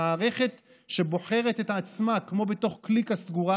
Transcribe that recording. המערכת שבוחרת את עצמה כמו בתוך קליקה סגורה,